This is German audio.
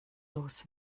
los